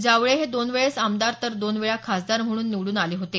जावळे हे दोन वेळेस आमदार तर दोन वेळा खासदार म्हणून निवडून आले होते